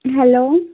hello